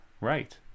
right